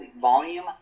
volume